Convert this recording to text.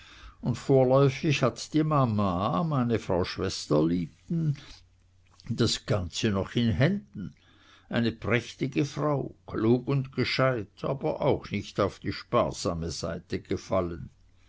und vorläufig hat die mama meine frau schwester liebden das ganze noch in händen eine prächtige frau klug und gescheit aber auch nicht auf die sparsame seite gefallen